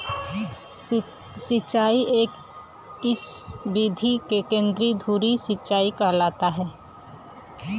सिंचाई क इ विधि के केंद्रीय धूरी सिंचाई कहल जाला